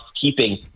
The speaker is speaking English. keeping